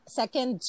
second